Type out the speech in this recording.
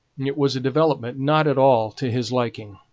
it was a development not at all to his liking.